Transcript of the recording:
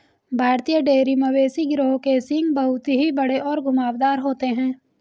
भारतीय डेयरी मवेशी गिरोह के सींग बहुत ही बड़े और घुमावदार होते हैं